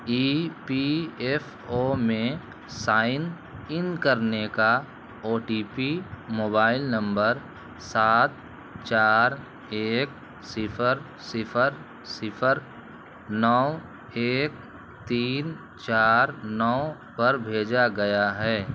ای P F O میں sign in کرنے کا O T P mobile number سات چار ایک صفر صفر صفر نو ایک تین چار نو پر بھیجا گیا ہے